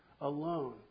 alone